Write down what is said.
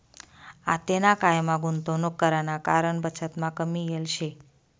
आतेना कायमा गुंतवणूक कराना कारण बचतमा कमी येल शे